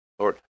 Lord